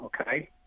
okay